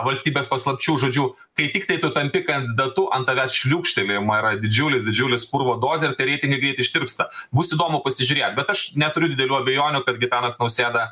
valstybės paslapčių žodžiu tai tiktai tu tampi kandidatu ant tavęs šliūkštelėjama yra didžiulės didžiulės purvo dozės reitingai greit ištirpsta bus įdomu pasižiūrėt bet aš neturiu didelių abejonių kad gitanas nausėda